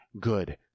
good